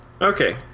Okay